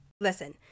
Listen